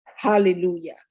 Hallelujah